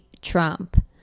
Trump